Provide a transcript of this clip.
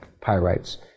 pyrites